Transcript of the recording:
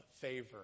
favor